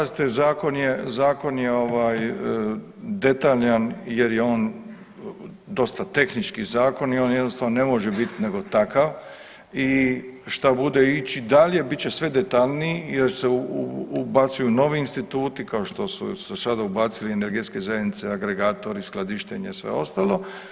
Pazite, zakon je detaljan jer je on dosta tehnički zakon i on jednostavno ne može biti nego takav i šta bude ići dalje bit će sve detaljniji jer se ubacuju novi instituti kao što su se sada ubacile energetske zajednice agregata, … skladištenje sve ostalo.